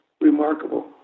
remarkable